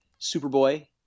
Superboy